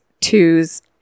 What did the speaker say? twos